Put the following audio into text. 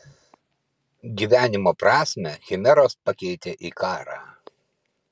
gyvenimo prasmę chimeros pakeitė į karą